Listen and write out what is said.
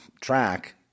track